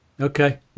Okay